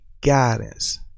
guidance